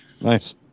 Nice